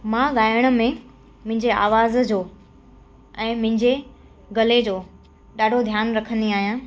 मां ॻाइण में मुंहिंजे आवाज़ जो ऐं मुंहिंजे गले जो ॾाढो ध्यानु रखंदी आहियां